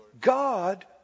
God